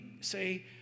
say